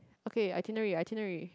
okay itinerary itinerary